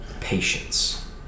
patience